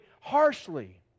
harshly